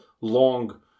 long